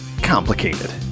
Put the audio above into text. complicated